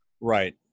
Right